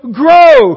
grow